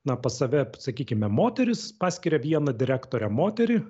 na pas save sakykime moteris paskiria vieną direktorę moterį